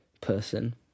Person